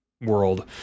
world